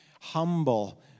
humble